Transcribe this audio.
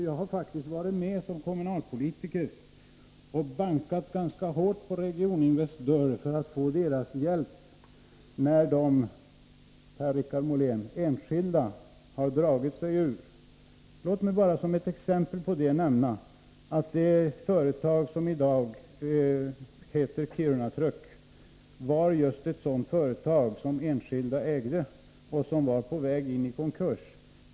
Jag var faktiskt med som kommunalpolitiker och bankade ganska hårt på Regioninvests dörr för att få dess hjälp när de enskilda, Per-Richard Molén, hade dragit sig ur. Låt mig bara som ett exempel på det nämna att det företag som i dag heter Kiruna-Truck var just ett sådant företag som enskilda ägde och som var på väg in i konkurs.